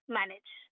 manage